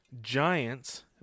Giants